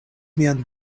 mian